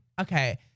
okay